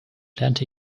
lernte